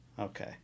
Okay